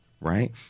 right